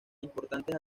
importantes